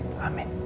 Amen